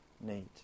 need